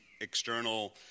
external